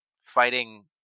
fighting